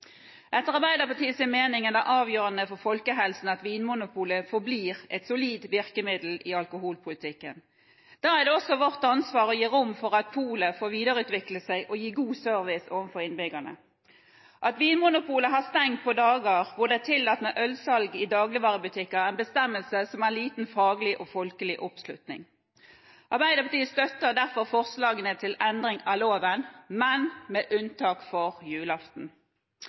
Etter Arbeiderpartiets mening er det avgjørende for folkehelsen at Vinmonopolet forblir et solid virkemiddel i alkoholpolitikken. Da er det også vårt ansvar å gi rom for at polet får videreutvikle seg og gi god service overfor innbyggerne. At Vinmonopolet har stengt på dager hvor det er tillatt med ølsalg i dagligvarebutikker, er en bestemmelse som har liten faglig og folkelig oppslutning. Arbeiderpartiet støtter derfor forslagene til endring av loven, men med unntak for julaften.